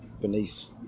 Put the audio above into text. beneath